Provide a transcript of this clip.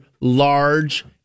large